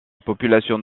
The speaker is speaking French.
population